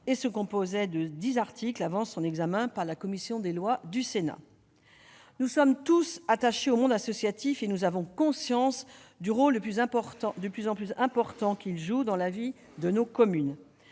elle se composait de dix articles avant son examen par la commission des lois du Sénat. Nous sommes tous attachés au monde associatif et nous avons conscience du rôle de plus en plus important qu'il joue dans la vie de nos communes.